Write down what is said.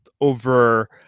over